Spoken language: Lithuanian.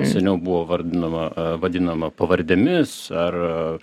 seniau buvo vardinama vadinama pavardėmis ar